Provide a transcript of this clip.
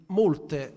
molte